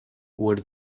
would